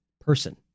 person